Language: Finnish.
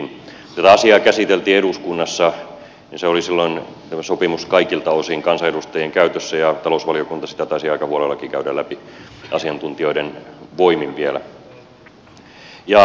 kun tätä asiaa käsiteltiin eduskunnassa niin tämä sopimus oli silloin kaikilta osin kansanedustajien käytössä ja talousvaliokunta sitä taisi aika huolellakin käydä läpi asiantuntijoiden voimin vielä